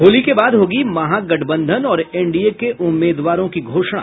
होली के बाद होगी महागठबंधन और एनडीए के उम्मीदवारों की घोषणा